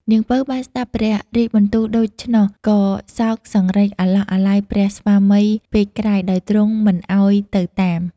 នាង ពៅ បានស្តាប់ព្រះរាជបន្ទូលដូច្នោះ ក៏សោកសង្រេងអាឡោះអាល័យព្រះស្វាមីពេកក្រៃដោយទ្រង់មិនឲ្យទៅតាម។